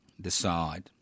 decide